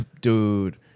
Dude